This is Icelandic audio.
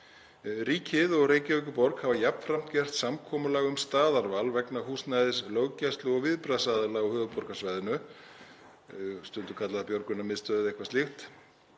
Ríkið og Reykjavíkurborg hafa jafnframt gert samkomulag um staðarval vegna húsnæðis löggæslu- og viðbragðsaðila á höfuðborgarsvæðinu, stundum kallað björgunarmiðstöð eða eitthvað slíkt,